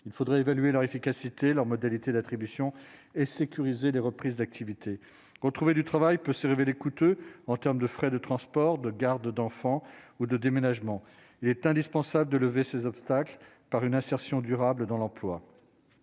il faudrait évaluer leur efficacité et leurs modalités d'attribution et des reprises d'activité qu'ont trouvé du travail peut se révéler coûteux en terme de frais de transport, de garde d'enfants ou de déménagement, il est indispensable de lever ces obstacles par une insertion durable dans l'emploi,